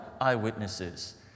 eyewitnesses